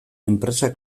enpresa